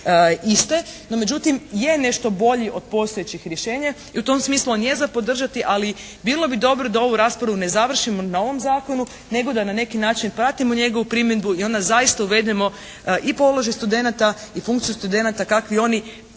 iste. No međutim, je nešto bolji od postojećih rješenja i u tom smislu on je za podržati. Ali bilo bi dobro da ovu raspravu ne završimo na ovom zakonu, nego da na neki način pratimo njegovu primjedbu i onda zaista uvedemo i položaj studenata i funkciju studenata kakvi oni pod